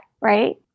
Right